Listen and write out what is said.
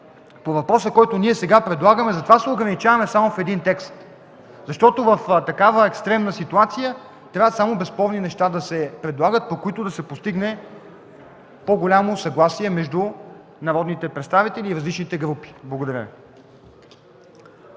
по въпроса, който ние сега предлагаме, се ограничаваме само в един текст, защото в такава екстремна ситуация трябва да се предлагат само безспорни неща, по които да се постигне по-голямо съгласие между народните представители и различните групи. Благодаря